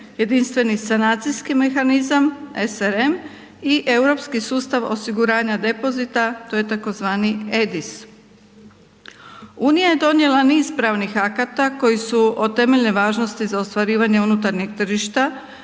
Jedinstveni sanacijski mehanizam SRM i Europski sustav osiguranja depozita to je tzv. EDIS. Unija je donijela niz pravnih akata koji su od temeljne važnosti za ostvarivanje unutarnjeg tržišta